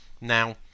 Now